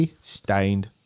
Stained